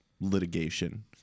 litigation